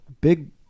big